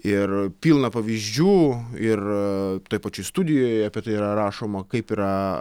ir pilna pavyzdžių ir toj pačioj studijoje apie tai yra rašoma kaip yra